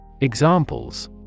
Examples